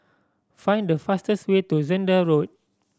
find the fastest way to Zehnder Road